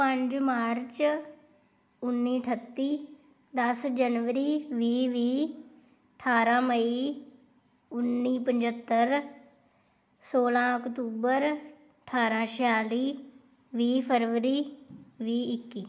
ਪੰਜ ਮਾਰਚ ਉੱਨੀ ਅਠੱਤੀ ਦਸ ਜਨਵਰੀ ਵੀਹ ਵੀਹ ਅਠਾਰਾਂ ਮਈ ਉੱਨੀ ਪੰਝੱਤਰ ਸੋਲਾਂ ਅਕਤੂਬਰ ਅਠਾਰਾਂ ਛਿਆਲ਼ੀ ਵੀਹ ਫਰਵਰੀ ਵੀਹ ਇੱਕੀ